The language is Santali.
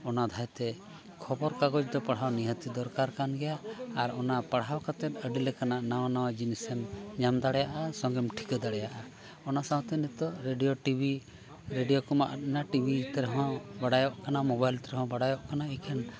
ᱚᱱᱟ ᱟᱫᱷᱟᱨ ᱛᱮ ᱠᱷᱚᱵᱚᱨ ᱠᱟᱜᱚᱡᱽ ᱫᱚ ᱯᱟᱲᱦᱟᱜ ᱱᱤᱦᱟᱹᱛ ᱜᱮ ᱫᱚᱨᱠᱟᱨ ᱠᱟᱱ ᱜᱮᱭᱟ ᱟᱨ ᱚᱱᱟ ᱯᱟᱲᱦᱟᱣ ᱠᱟᱛᱮᱫ ᱟᱹᱰᱤ ᱞᱮᱠᱟᱱᱟᱜ ᱱᱟᱣᱟ ᱱᱟᱣᱟ ᱡᱤᱱᱤᱥ ᱮᱢ ᱧᱟᱢ ᱫᱟᱲᱮᱭᱟᱜᱼᱟ ᱥᱚᱸᱜᱮᱢ ᱴᱷᱤᱠᱟᱹ ᱫᱟᱲᱮᱭᱟᱜᱼᱟ ᱚᱱᱟ ᱥᱟᱶᱛᱮ ᱱᱤᱛᱚᱜ ᱨᱮᱰᱤᱭᱳ ᱴᱤᱵᱷᱤ ᱨᱮᱰᱤᱭᱳ ᱠᱚᱢᱟ ᱟᱫ ᱮᱟ ᱴᱤᱵᱷᱤ ᱛᱮ ᱨᱮᱦᱚᱸ ᱵᱟᱰᱟᱭᱚᱜ ᱠᱟᱱᱟ ᱢᱳᱵᱟᱭᱤᱞ ᱛᱮ ᱨᱮᱦᱚᱸ ᱵᱟᱰᱟᱭᱚᱜ ᱠᱟᱱᱟ ᱤᱠᱷᱟᱹᱱ